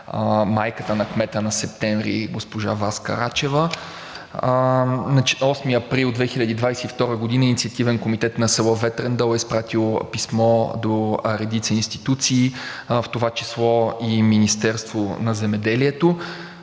майката на кмета на Септември – госпожа Васка Рачева. На 8 април 2022 г. инициативен комитет от село Ветрен дол е изпратило писмо до редица институции, в това число и Министерството на земеделието,